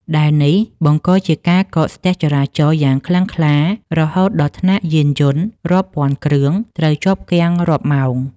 ដែលនេះ បង្កជាការកកស្ទះចរាចរណ៍យ៉ាងខ្លាំងក្លា រហូតដល់ថ្នាក់យានយន្តរាប់ពាន់គ្រឿងត្រូវជាប់គាំងរាប់ម៉ោង។